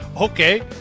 Okay